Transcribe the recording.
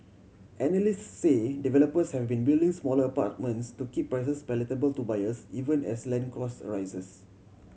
analysts say developers have been building smaller apartments to keep prices palatable to buyers even as land costs a rise